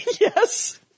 Yes